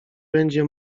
będzie